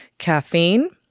caffeine,